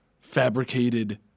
fabricated